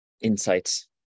insights